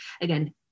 Again